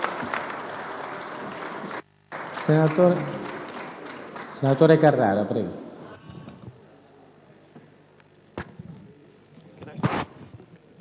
Grazie,